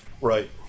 Right